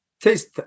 taste